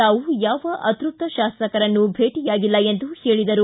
ತಾವು ಯಾವ ಅತೃಪ್ತ ಶಾಸಕರನ್ನು ಭೇಟಿಯಾಗಿಲ್ಲ ಎಂದರು